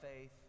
faith